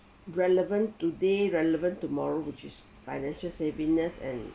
relevant today relevant tomorrow which is financial savviness and